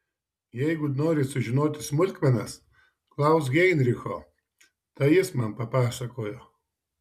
jeigu nori sužinoti smulkmenas klausk heinricho tai jis man papasakojo